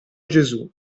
gesù